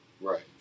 Right